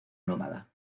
nómada